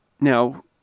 Now